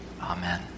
amen